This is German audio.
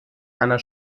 einer